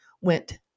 went